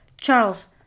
Charles